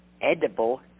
edible